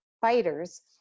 fighters